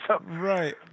Right